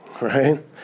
right